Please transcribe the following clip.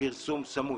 לפרסום סמוי.